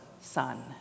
son